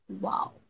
Wow